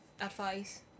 advice